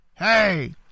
Hey